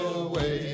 away